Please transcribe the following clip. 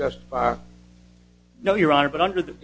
just no your honor but under the